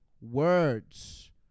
words